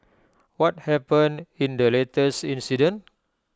what happened in the latest incident